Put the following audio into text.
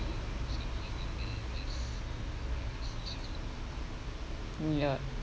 mm ya